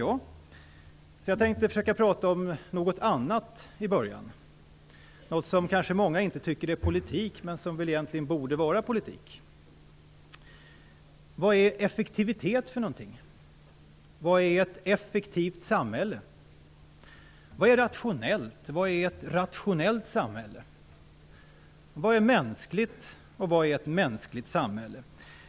Jag tänker därför till att börja med tala om någonting annat, något som kanske många inte tycker är politik men som egentligen borde vara politik. Vad är effektivitet? Vad är ett effektivt samhälle? Vad är rationellt? Vad är ett rationellt samhälle? Vad är mänskligt? Vad är ett mänskligt samhälle?